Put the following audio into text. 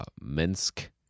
Minsk